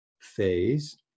phase